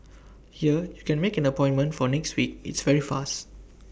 here you can make an appointment for next week it's very fast